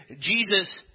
Jesus